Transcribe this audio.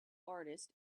artist